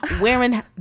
wearing